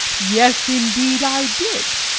yes, indeed, i did.